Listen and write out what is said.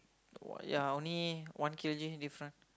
what ya only one K_G different